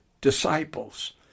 disciples